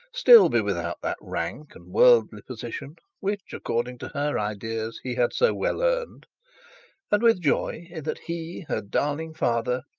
still be without that rank and worldly position, which, according to her ideas, he had so well earned and with joy that he, her darling father,